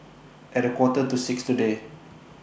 At A Quarter to six today